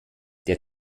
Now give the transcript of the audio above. der